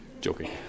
Joking